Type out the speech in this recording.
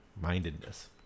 mindedness